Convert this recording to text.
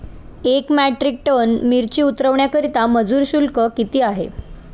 एक metric ton मिरची उतरवण्याकरता मजूर शुल्क किती आहे?